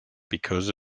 because